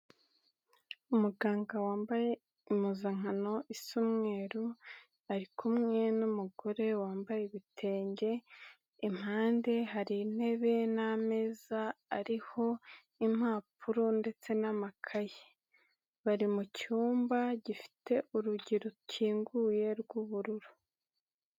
Umuganga wambaye impuzankano isa umweru, ari kumwe n'umugore wambaye ibitenge, impande hari intebe n'ameza ariho impapuro ndetse n'amakaye, bari mu cyumba gifite urugi rukinguye rw'ubururu.